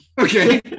Okay